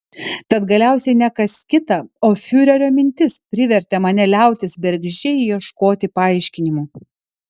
tad galiausiai ne kas kita o fiurerio mintis privertė mane liautis bergždžiai ieškoti paaiškinimų